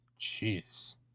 Jeez